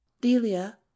delia